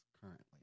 currently